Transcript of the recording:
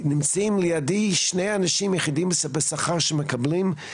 נמצאים לידי שני אנשים יחידים בשכר שמקבלים,